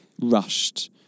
rushed